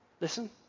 listen